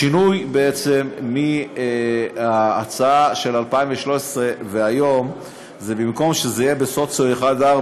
השינוי מההצעה של 2013 והיום הוא שבמקום שזה יהיה בסוציו 1 4,